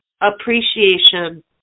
appreciation